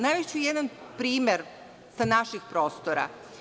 Navešću jedan primer sa naših prostora.